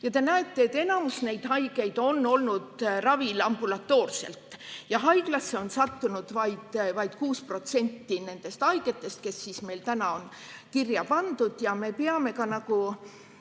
Ja te näete, et enamus neid haigeid on olnud ravil ambulatoorselt ja haiglasse on sattunud vaid 6% nendest haigetest, kes meil on kirja pandud. Eesti omapära